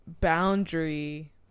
boundary